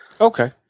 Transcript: Okay